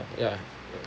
ya